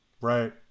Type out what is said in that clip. Right